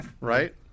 right